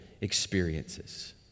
experiences